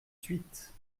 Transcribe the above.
suite